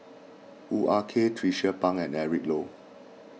Hoo Ah Kay Tracie Pang and Eric Low